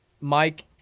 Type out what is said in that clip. Mike